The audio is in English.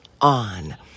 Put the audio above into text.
on